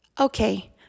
Okay